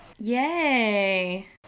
Yay